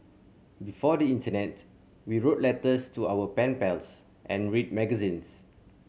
before the internet we wrote letters to our pen pals and read magazines